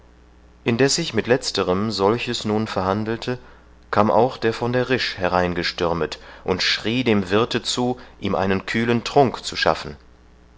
indeß ich mit letzterem solches nun verhandelte kam auch der von der risch hereingestürmet und schrie dem wirthe zu ihm einen kühlen trunk zu schaffen